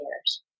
years